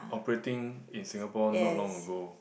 operating in Singapore not long ago